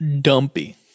dumpy